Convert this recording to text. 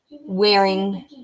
wearing